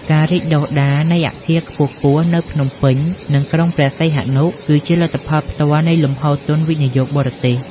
ការរីកដុះដាលនៃអគារខ្ពស់ៗនៅភ្នំពេញ និងក្រុងព្រះសីហនុ គឺជាលទ្ធផលផ្ទាល់នៃលំហូរទុនវិនិយោគបរទេស។